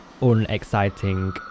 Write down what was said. unexciting